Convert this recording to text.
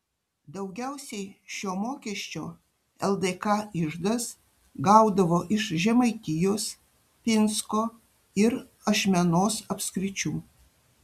daugiausiai šio mokesčio ldk iždas gaudavo iš žemaitijos pinsko ir ašmenos apskričių